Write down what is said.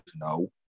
No